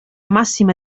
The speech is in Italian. massima